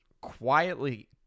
quietly